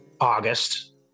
august